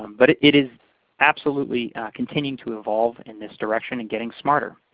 but it it is absolutely continuing to evolve in this direction and getting smarter.